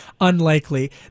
unlikely